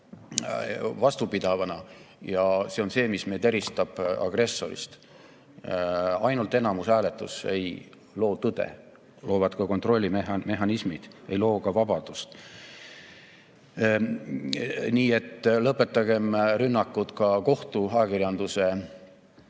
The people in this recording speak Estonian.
vastupidavana, ja see on see, mis eristab meid agressorist. Ainult enamushääletus ei loo tõde – [seda] loovad ka kontrollimehhanismid–, ei loo ka vabadust. Nii et lõpetagem rünnakud kohtu, ajakirjanduse, toimiva